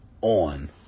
on